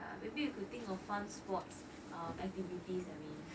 ya maybe you could think of fun sports activities I mean